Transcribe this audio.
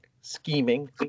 scheming